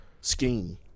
scheme